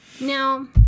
Now